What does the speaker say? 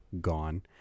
gone